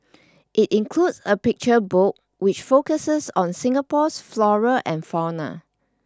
it includes a picture book which focuses on Singapore's flora and fauna